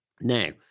Now